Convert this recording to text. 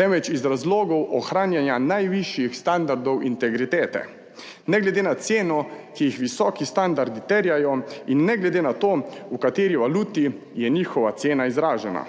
temveč iz razlogov ohranjanja najvišjih standardov integritete ne glede na 10. TRAK (VI) 10.45 (Nadaljevanje) ceno, ki jih visoki standardi terjajo, in ne glede na to, v kateri valuti je njihova cena izražena.